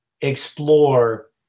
explore